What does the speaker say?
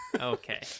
okay